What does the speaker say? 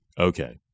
Okay